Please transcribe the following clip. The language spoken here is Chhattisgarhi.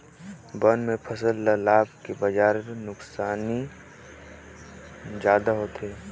बन में फसल ल लाभ के बजाए नुकसानी जादा होथे